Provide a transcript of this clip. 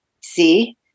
See